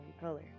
color